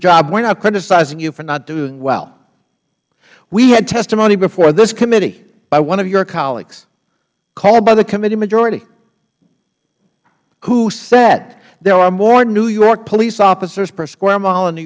job we're not criticizing you for not doing well we had testimony before this committee by one of your colleagues called by the committee majority who said there are more new york police officers per square mile in new